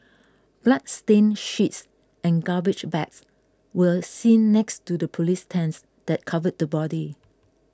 bloodstained sheets and garbage bags were seen next to the police tents that covered the body